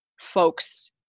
folks